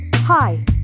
Hi